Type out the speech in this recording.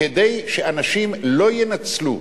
כדי שאנשים לא ינצלו